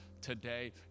today